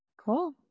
Cool